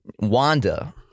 Wanda